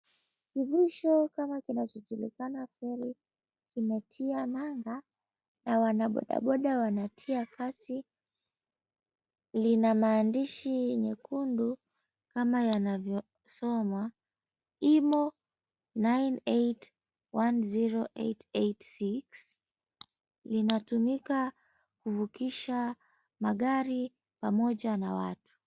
Kivuko kama kinavyojulikana feri kimetia nanga na wanabodaboda wanatia kasi. Lina maandishi nyekundu kama yanavyosoma Imo 9810886. Linatumika kuvukisha magari pamoja na watu.